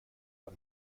out